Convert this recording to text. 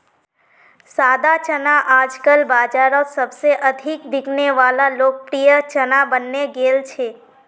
सादा चना आजकल बाजारोत सबसे अधिक बिकने वला लोकप्रिय चना बनने गेल छे